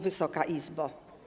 Wysoka Izbo!